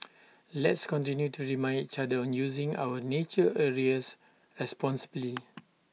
let's continue to remind each other on using our nature areas responsibly